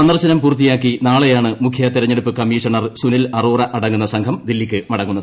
സന്ദർശനം പൂർത്തിയാക്കി നാളെയാണ് മുഖ്യതെരഞ്ഞെടുപ്പ് കമ്മീഷണർ സുനിൽ അറോറ അടങ്ങുന്ന സംഘം ദില്ലിക്ക് മടങ്ങുന്നത്